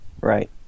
Right